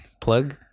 plug